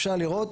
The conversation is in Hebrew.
אפשר לראות,